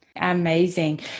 Amazing